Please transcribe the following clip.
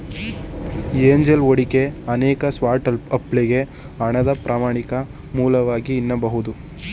angel ಹೂಡಿಕೆ ಅನೇಕ ಸ್ಟಾರ್ಟ್ಅಪ್ಗಳ್ಗೆ ಹಣದ ಪ್ರಾಥಮಿಕ ಮೂಲವಾಗಿದೆ ಎನ್ನಬಹುದು